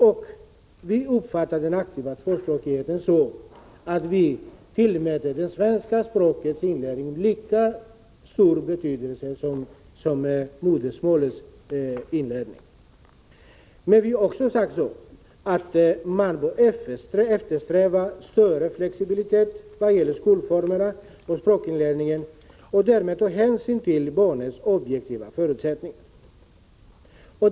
Med det menar vi att vi tillmäter inlärningen av svenska språket lika stor betydelse som inlärningen av modersmålet. Men vi har också sagt att man bör eftersträva större flexibilitet när det gäller skolformerna och språkinlärningen och därmed ta hänsyn till barnens objektiva förutsättningar.